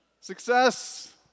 Success